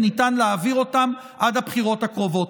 וניתן להעביר אותם עד הבחירות הקרובות.